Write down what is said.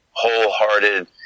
Wholehearted